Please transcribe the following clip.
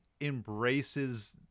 embraces